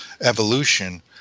evolution